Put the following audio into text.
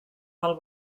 del